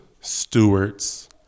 stewards